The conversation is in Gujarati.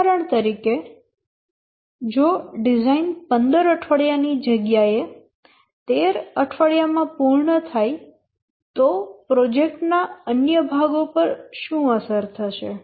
ઉદાહરણ તરીકે જો ડિઝાઇન 15 અઠવાડિયા ની જગ્યાએ 13 અઠવાડિયા માં પૂર્ણ થઈ તો પ્રોજેક્ટ ના અન્ય ભાગો પર શું અસર થશે